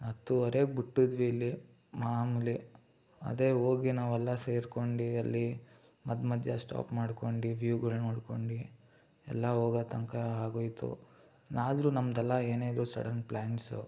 ಹತ್ತೂವರೆಗೆ ಬಿಟ್ಟಿದ್ದೆವು ಇಲ್ಲಿ ಮಾಮೂಲಿ ಅದೇ ಹೋಗಿ ನಾವೆಲ್ಲ ಸೇರ್ಕೊಂಡು ಅಲ್ಲಿ ಮಧ್ಯ ಮಧ್ಯ ಸ್ಟಾಪ್ ಮಾಡ್ಕೊಂಡು ವ್ಯೂವ್ಗಳು ನೋಡ್ಕೊಂಡು ಎಲ್ಲ ಹೋಗೊ ತನಕ ಆಗೋಯ್ತು ಆದರೂ ನಮ್ದೆಲ್ಲ ಏನೇ ಇದ್ರೂ ಸಡನ್ ಪ್ಲ್ಯಾನ್ಸು